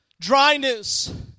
Dryness